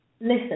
listen